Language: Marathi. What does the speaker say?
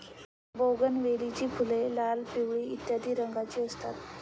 बोगनवेलीची फुले लाल, पिवळ्या इत्यादी रंगांची असतात